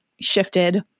shifted